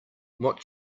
what